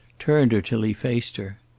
turned her until he faced her.